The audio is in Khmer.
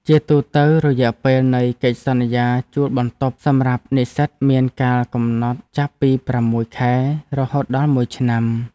ជាទូទៅ រយៈពេលនៃកិច្ចសន្យាជួលបន្ទប់សម្រាប់និស្សិតមានកាលកំណត់ចាប់ពីប្រាំមួយខែរហូតដល់មួយឆ្នាំ។